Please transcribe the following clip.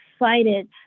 excited